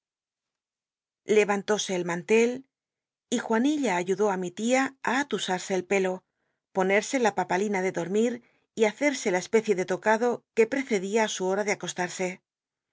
inlósc el mantel y juanilla ayudó i mi lia ü atusarse el pelo ponerse la papalina de dormir hacer la especie ele tocado que weccdia su hom c imetcrada que tenia de acostarse